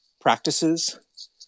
practices